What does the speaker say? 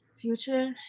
Future